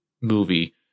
movie